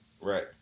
Right